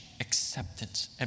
acceptance